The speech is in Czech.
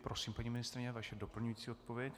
Prosím, paní ministryně, vaše doplňující odpověď.